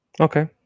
Okay